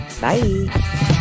Bye